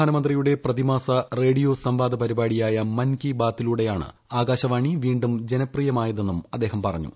പ്രധാനമന്ത്രിയുടെ പ്രതിമാസ റേഡിയോ സംവാദ പരിപാടിയായ മൻകി ബാത്തിലൂടെയാണ് ആകാശവാണി വീണ്ടും ജനപ്രിയമായതെന്നും അദ്ദേഹം പറഞ്ഞു